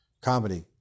comedy